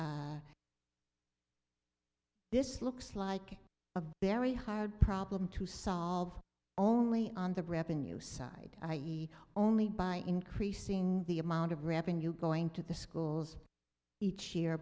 increase this looks like a very hard problem to solve only on the revenue side i e only by increasing the amount of revenue going to the schools each year